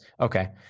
Okay